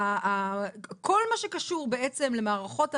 כל מה שקשור בעצם למערכות המדינה,